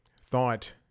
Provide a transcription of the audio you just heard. thought